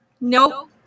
Nope